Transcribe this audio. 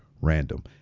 random